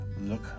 look